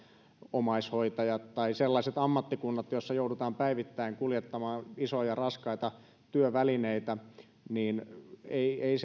omaishoitajien tai sellaisten ammattikuntien työmaailmassa jotka joutuvat päivittäin kuljettamaan isoja raskaita työvälineitä ei ei